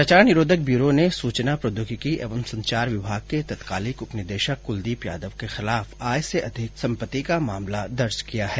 भ्रष्टाचार निरोधक ब्यूरो ने सूचना प्रौद्योगिकी एवं संचार विभाग के तत्कालिक उप निदेशक कुलदीप यादव के खिलाफ आय से अधिक सम्पत्ति का मामला दर्ज किया है